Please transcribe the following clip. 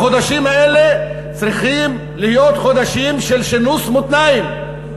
החודשים האלה צריכים להיות חודשים של שינוס מותניים